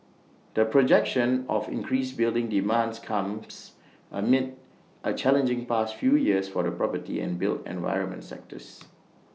the projection of increased building demand comes amid A challenging past few years for the property and built environment sectors